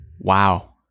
wow